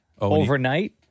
Overnight